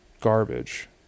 garbage